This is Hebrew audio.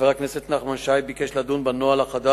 חלקם מוותר עליה ויוצא ביום-חול,